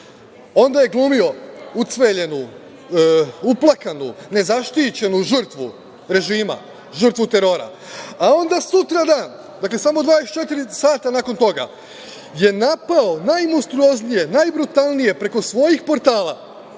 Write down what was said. Onda je glumio ucveljenu, uplakanu, nezaštićenu žrtvu režima, žrtvu terora, a onda sutradan, dakle, samo 24 sata nakon toga, je napao najmonstruoznije, najbrutalnije preko svojih portala